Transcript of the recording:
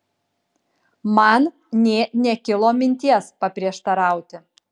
man nė nekilo minties paprieštarauti